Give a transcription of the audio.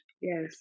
Yes